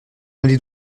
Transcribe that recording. allait